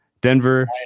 Denver